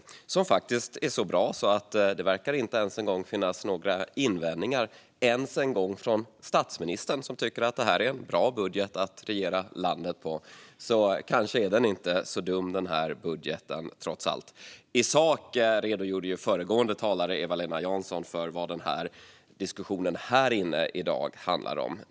Den är faktiskt så bra att det inte ens verkar finns några invändningar från statsministern, som tycker att det här är en bra budget att regera landet med. Kanske är denna budget trots allt inte så dum. I sak redogjorde föregående talare, Eva-Lena Jansson, för vad diskussionen här inne i dag handlar om.